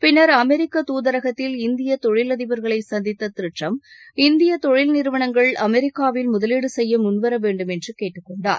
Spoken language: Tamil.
பின்னர் அமெரிக்க துதரகத்தில் இந்திய தொழில் அதிபர்களை சந்தித்த திரு டிரம்ப் இந்திய தொழில் நிறுவனங்கள் அமெரிக்காவில் முதலீடு செய்ய முன்வர வேண்டும் என்று கேட்டுக்கொண்டார்